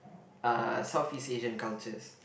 uh Southeast Asian cultures